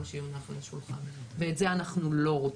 שיונח על השולחן ואת זה אנחנו לא רוצים.